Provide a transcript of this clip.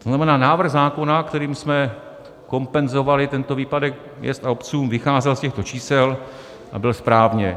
To znamená návrh zákona, kterým jsme kompenzovali tento výpadek městům a obcím, vycházel z těchto čísel a byl správně.